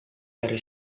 baru